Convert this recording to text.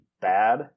bad